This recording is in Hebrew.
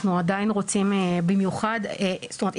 זאת אומרת,